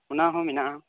ᱚᱱᱟ ᱦᱚᱸ ᱢᱮᱱᱟᱜᱼᱟ